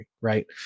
right